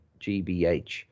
GBH